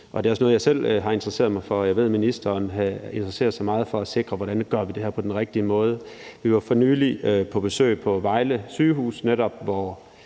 Det er også noget, jeg selv har interesseret mig for. Jeg ved, at ministeren interesserer sig meget for at sikre, hvordan vi gør det her på den rigtige måde. Vi var for nylig på besøg på Vejle Sygehus, som er